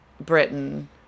Britain